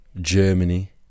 Germany